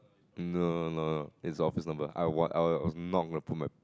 no no no it's observable I were I was not repromote